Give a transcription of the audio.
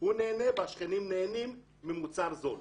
והוא נהנה והשכנים נהנים ממוצר זול.